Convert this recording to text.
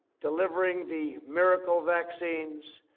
delivering the miracle vaccines,